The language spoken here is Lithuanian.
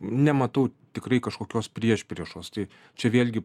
nematau tikrai kažkokios priešpriešos tai čia vėlgi